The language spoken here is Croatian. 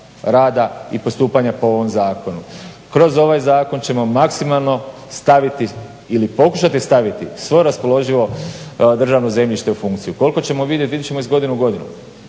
rada i postupanja po ovom zakonu. Kroz ovaj zakon ćemo maksimalno staviti ili pokušati staviti svo raspoloživo državno zemljište u funkciju. Koliko ćemo vidjet, vidjet ćemo iz godine u godinu.